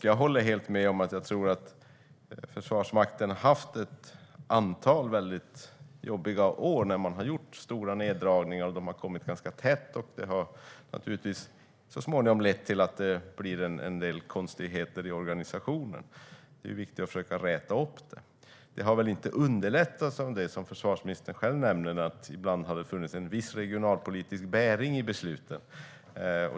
Jag håller helt med om att Försvarsmakten har haft ett antal jobbiga år med stora neddragningar som har kommit ganska tätt. Det har naturligtvis så småningom lett till att det blivit en del konstigheter i organisationen. Det är viktigt att försöka rätta till detta. Det har väl inte underlättats av det som försvarsministern själv nämner om att det ibland har funnits en viss regionalpolitisk bäring på besluten.